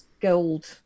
gold